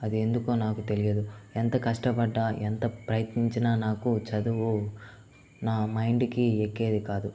అది ఎందుకో నాకు తెలియదు ఎంత కష్టపడ్డా ఎంత ప్రయత్నించినా నాకు చదువు నా మైండ్కి ఎక్కేది కాదు